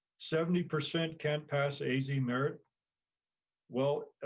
seventy percent can't pass azmerit. well,